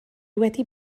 wedi